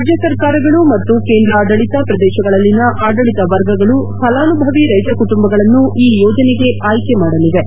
ರಾಜ್ಯ ಸರ್ಕಾರಗಳು ಮತ್ತು ಕೇಂದ್ರ ಆಡಳಿತ ಪ್ರದೇಶಗಳಲ್ಲಿನ ಆಡಳಿತ ವರ್ಗಗಳು ಫಲಾನುಭವಿ ರೈತ ಕುಟುಂಬಗಳನ್ನು ಈ ಯೋಜನೆಗೆ ಆಯ್ಲೆ ಮಾಡಲಿವೆ